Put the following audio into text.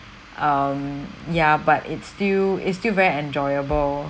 um ya but it's still it's still very enjoyable